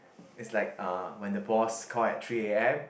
it's like uh when the boss call at three a_m